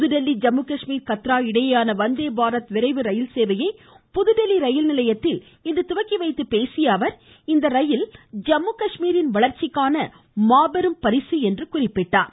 புதுதில்லி ஜம்முகாஷ்மீர் கத்ரா இடையேயான வந்தே பாரத் விரைவு ரயில்சேவை யை புதுதில்லி ரயில்நிலையத்தில் இன்று துவக்கி வைத்து பேசிய அவர் இந்த ரயில் ஜம்முகாஷ்மீரின் வளர்ச்சிக்கான மாபெரும் பரிசு என்றார்